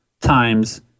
times